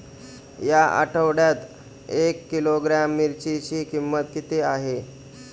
या आठवड्यात एक किलोग्रॅम मिरचीची किंमत किती आहे?